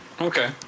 okay